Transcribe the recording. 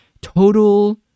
Total